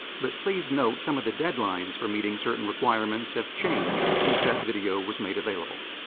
but please note some of the deadlines for meeting certain requirements have changed since that video was made available.